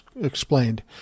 explained